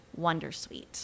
Wondersuite